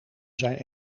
zijn